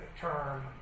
term